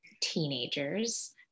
teenagers